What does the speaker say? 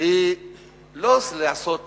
היא לא לעשות כאילו,